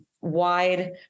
wide